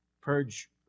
purge